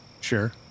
Sure